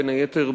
בין היתר,